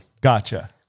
Gotcha